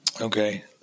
Okay